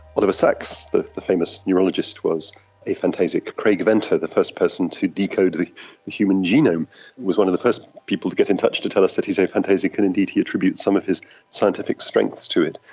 oliver sacks the the famous neurologist was aphantasic. craig venter, the first person to decode the human genome was one of the first people to get in touch to tell us that he is aphantasic and indeed he contributes some of his scientific strengths to it.